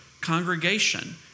congregation